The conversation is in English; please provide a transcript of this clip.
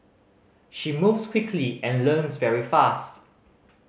she moves quickly and learns very fast